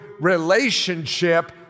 relationship